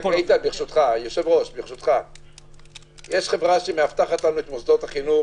יש חברה שמאבטחת לנו את מוסדות החינוך,